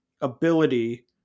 ability